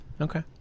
Okay